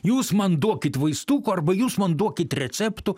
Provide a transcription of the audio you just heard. jūs man duokit vaistukų arba jūs man duokit receptų